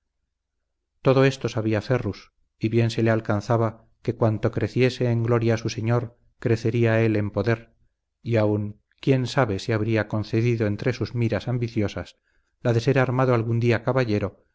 todo esto sabía ferrus y bien se le alcanzaba que cuanto creciese en gloria su señor crecería el en poder y aun quién sabe si habría concebido entre sus miras ambiciosas la de ser armado algún día caballero